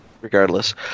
regardless